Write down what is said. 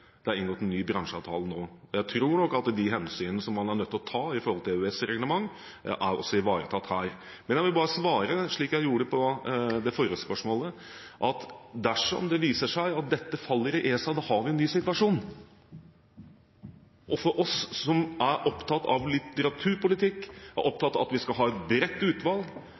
ny bransjeavtale nå. Jeg tror nok at de hensynene man er nødt til å ta når det gjelder EØS-reglement, også er ivaretatt her. Jeg vil bare svare slik jeg gjorde på det forrige spørsmålet, at dersom det viser seg at dette faller i ESA, har vi en ny situasjon. For oss som er opptatt av litteraturpolitikk, opptatt av at vi skal ha et bredt utvalg,